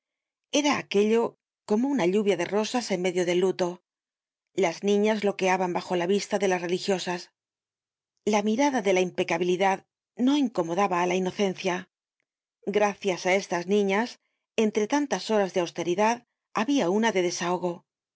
era aquello como una lluvia de rosas en medio del luto las niñas loqueaban bajo la vista de las religiosas la mirada de la impecabilidad no incomodaba á la inocencia gracias á cstas niñas entre tanías horas de austeridad habia una de desahogo